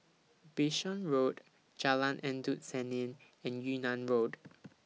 Bishan Road Jalan Endut Senin and Yunnan Road